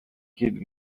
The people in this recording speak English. kid